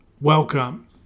welcome